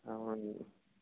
అవునండి